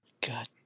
God